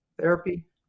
therapy